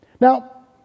Now